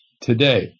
today